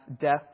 death